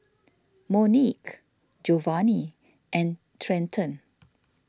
Monique Jovany and Trenton